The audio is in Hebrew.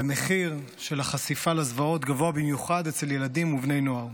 והמחיר של החשיפה לזוועות גבוה במיוחד אצל ילדים ובני נוער.